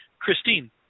Christine